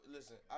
Listen